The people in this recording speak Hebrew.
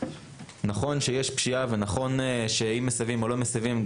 נכון שיש פשיעה ונכון שאם מסבים או לא מסבים,